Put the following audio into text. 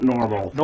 Normal